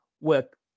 work